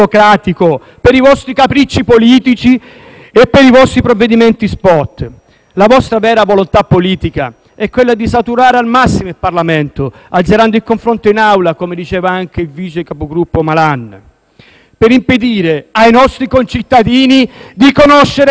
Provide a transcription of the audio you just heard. La vostra vera volontà politica è quella di saturare al massimo il Parlamento, azzerando il confronto in Assemblea - come diceva anche il vice capogruppo Malan - per impedire ai nostri concittadini di conoscere la verità di quei provvedimenti che portate in Aula e che "colate"